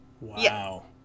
Wow